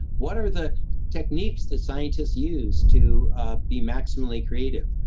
what are the techniques that scientists used to ah be maximally creative?